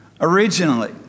originally